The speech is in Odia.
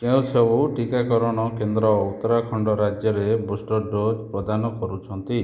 କେଉଁସବୁ ଟିକାକରଣ କେନ୍ଦ୍ର ଉତ୍ତରାଖଣ୍ଡ ରାଜ୍ୟରେ ବୁଷ୍ଟର୍ ଡୋଜ୍ ପ୍ରଦାନ କରୁଛନ୍ତି